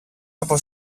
από